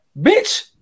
Bitch